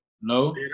No